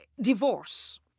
divorce